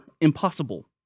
impossible